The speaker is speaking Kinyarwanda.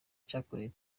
cyakorewe